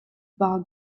war